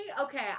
okay